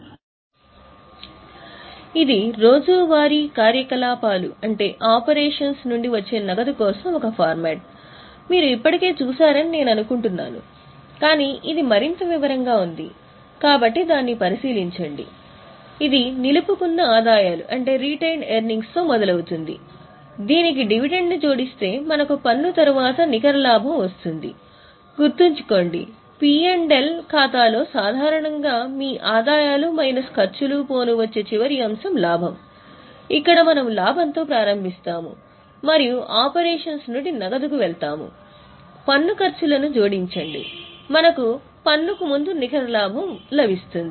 కాబట్టి ఇది రోజువారీ కార్యకలాపాలు అంటే ఆపరేషన్ ఆపరేషన్స్ నుండి నగదుకు వెళ్తాము పన్ను ఖర్చులను జోడించండి మనకు పన్నుకు ముందు నికర లాభం లభిస్తుంది